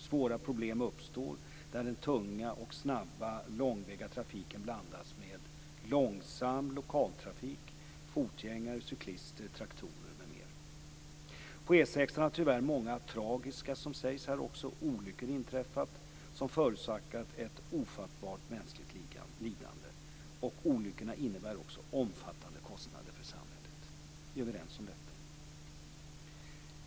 Svåra problem uppstår när den tunga och snabba långväga trafiken blandas med långsam lokaltrafik, fotgängare, cyklister, traktorer m.m. På E 6:an har tyvärr - som också sägs här - många tragiska olyckor inträffat som förorsakat ett ofattbart mänskligt lidande. Olyckorna innebär också omfattande kostnader för samhället. Vi är överens om detta.